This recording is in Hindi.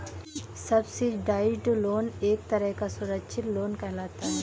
सब्सिडाइज्ड लोन एक तरह का सुरक्षित लोन कहलाता है